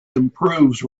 improves